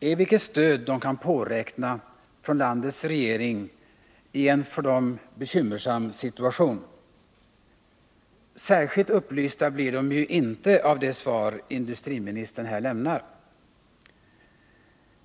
är vilket stöd de kan påräkna från landets regering i en för dem bekymmersam situation. Särskilt upplysta blir de inte av det svar industriministern här lämnat.